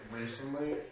recently